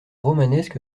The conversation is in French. romanesque